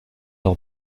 leur